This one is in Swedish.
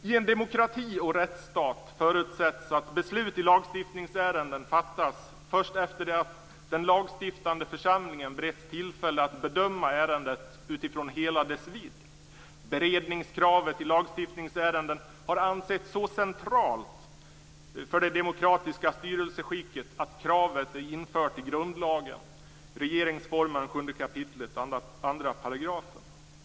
I en demokrati och rättsstat förutsätts att beslut i lagstiftningsärenden fattas först efter det att den lagstiftande församlingen beretts tillfälle att bedöma ärendet utifrån hela dess vidd. Beredningskravet i lagstiftningsärenden har ansetts så centralt för det demokratiska styrelseskicket att kravet är infört i grundlagen, 7 kap. 2 § regeringsformen.